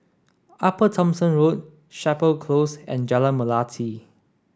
Upper Thomson Road Chapel Close and Jalan Melati